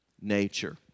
nature